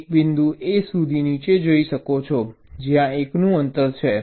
તમે એક બિંદુ A સુધી નીચે જઈ શકો છો જ્યાં 1 નું અંતર છે